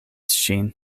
ŝin